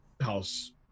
house